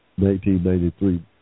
1993